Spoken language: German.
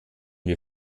wir